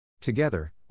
Together